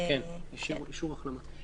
יש אישור החלמה.